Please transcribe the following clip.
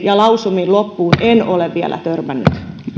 ja lausumia loppuun en ole vielä törmännyt